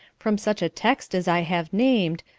from such a text as i have named,